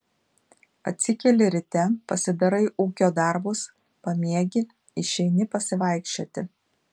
atsikeli ryte pasidarai ūkio darbus pamiegi išeini pasivaikščioti